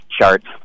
charts